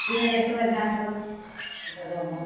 जिन्हे देखबै दऽ देब भोट